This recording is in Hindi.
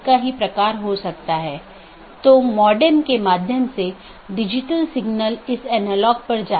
OSPF और RIP का उपयोग AS के माध्यम से सूचना ले जाने के लिए किया जाता है अन्यथा पैकेट को कैसे अग्रेषित किया जाएगा